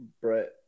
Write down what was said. Brett